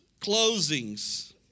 closings